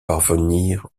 parvenir